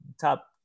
top